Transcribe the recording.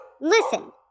listen